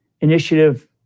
initiative